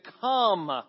come